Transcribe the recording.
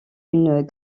une